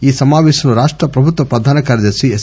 ఈ సమాపేశంలో రాష్ట ప్రభుత్వ ప్రధాన కార్యదర్శి ఎస్